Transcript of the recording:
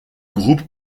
groupe